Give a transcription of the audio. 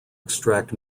extract